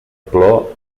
plor